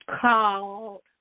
called